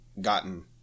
gotten